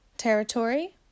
Territory